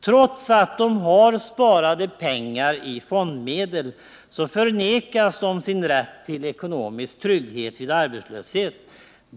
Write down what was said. Trots att de har sparade pengar i fondmedel, förnekas de sin rätt till ekonomisk trygghet vid arbetslöshet.